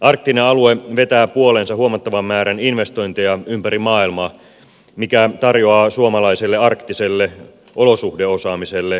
arktinen alue vetää puoleensa huomattavan määrän investointeja ympäri maailmaa mikä tarjoaa suomalaiselle arktiselle olosuhdeosaamiselle vahvan kysynnän